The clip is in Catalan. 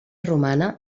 romana